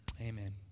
Amen